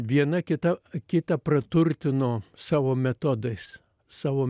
viena kitą kitą praturtino savo metodais savo